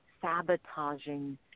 sabotaging